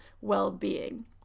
well-being